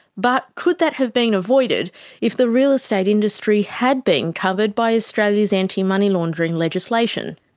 but could that have been avoided if the real estate industry had been covered by australia's anti-money laundering legislation?